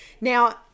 now